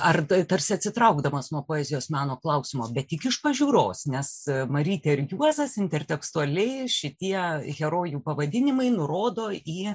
ar tai tarsi atsitraukdamas nuo poezijos mano klausimo bet tik iš pažiūros nes marytė ir juozas intertekstualiai šitie herojų pavadinimai nurodo į